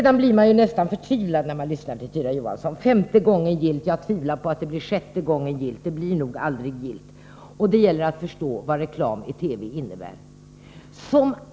Man blir nästan förtvivlad när man lyssnar på Tyra Johansson. Det blev inte femte gången gillt. Jag tvivlar på att det blir sjätte gången gillt. Det blir nog ”aldrig gillt” när det gäller att förstå vad reklam i TV innebär.